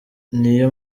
niyo